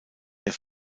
der